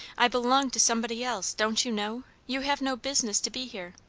i belong to somebody else, don't you know? you have no business to be here.